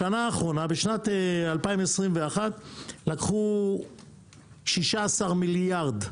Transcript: בשנת 2021 לקחו 16 מיליארד,